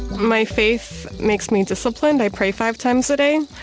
my faith makes me disciplined i pray five times a day.